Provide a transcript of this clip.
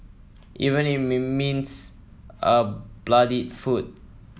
even means a bloodied foot